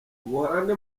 ubuholandi